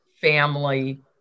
family